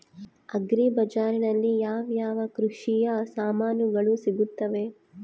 Agri ಬಜಾರಿನಲ್ಲಿ ಯಾವ ಯಾವ ಕೃಷಿಯ ಸಾಮಾನುಗಳು ಸಿಗುತ್ತವೆ?